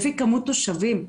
לפי כמות תושבים.